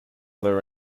their